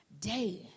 day